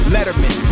Letterman